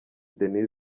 denise